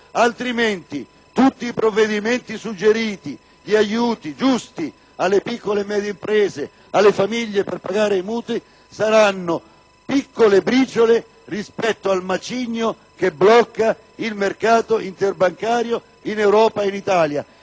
altrimenti tutti i provvedimenti suggeriti, gli aiuti giusti alle piccole e medie imprese e alle famiglie per pagare i mutui saranno piccole briciole rispetto al macigno che blocca il mercato interbancario in Europa ed in Italia.